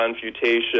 Confutation